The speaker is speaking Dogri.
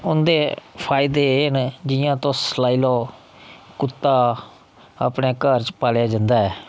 उं'दे फायदे एह् न जि'यां तुस लाई लो कुत्ता अपने घर च पालेआ जंदा ऐ